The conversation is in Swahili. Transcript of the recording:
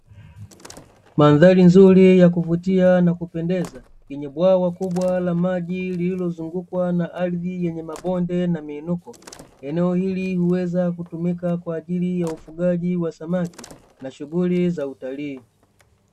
Mandhari nzuri ya kuvutia na kupendeza, yenye bwawa kubwa la maji lililozungukwa na ardhi yenye mabonde na miinuko. Eneo hili huweza kutumika kwa ajili ya ufugaji wa samaki na shughuli za utalii.